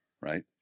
right